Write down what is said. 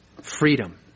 freedom